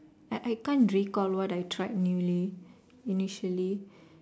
I I can't recall what I tried newly initially